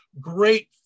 great